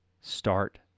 start